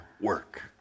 work